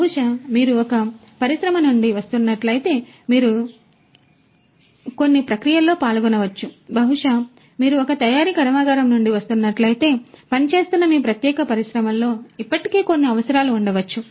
బహుశా మీరు ఒక పరిశ్రమ నుండి వస్తున్నట్లయితే మీరు మీరే కొన్ని ప్రక్రియలలో పాల్గొనవచ్చు బహుశా మీరు ఒక తయారీ కర్మాగారం నుండి వస్తున్నట్లయితే మీరు పనిచేస్తున్న మీ ప్రత్యేక పరిశ్రమలో ఇప్పటికే కొన్ని అవసరాలు ఉండవచ్చు